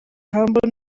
humble